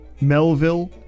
Melville